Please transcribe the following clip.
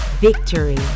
victory